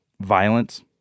violence